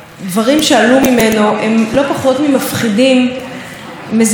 מזעזעים וצריכים להניע כל אחד ואחת מאיתנו,